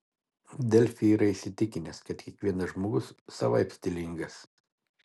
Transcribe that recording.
delfi yra įsitikinęs kad kiekvienas žmogus savaip stilingas